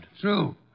True